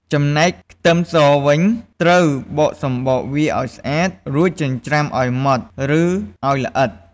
ចំណែកខ្ទឺមសវិញ ត្រូវបកសំបកវាឱ្យស្អាត រួចចិញ្រ្ចាំឱ្យម៉ដ្ត ឬឱ្យល្អិត។